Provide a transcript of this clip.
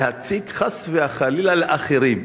להציק חס וחלילה לאחרים,